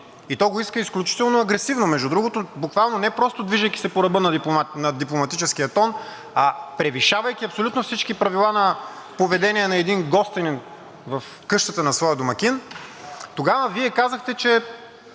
и то го иска изключително агресивно, между другото, буквално не просто движейки се по ръба на дипломатическия тон, а превишавайки абсолютно всички правила на поведение на един гостенин в къщата на своя домакин – тогава Вие казахте, че